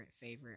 favorite